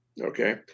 okay